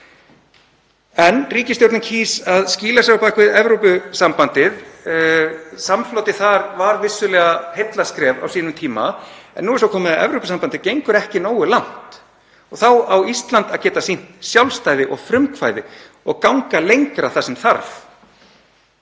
En ríkisstjórnin kýs að skýla sér á bak við Evrópusambandið. Samflotið þar var vissulega heillaskref á sínum tíma en nú er svo komið að Evrópusambandið gengur ekki nógu langt. Þá á Ísland að geta sýnt sjálfstæði og frumkvæði og ganga lengra þar sem þarf.